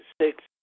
six